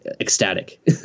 ecstatic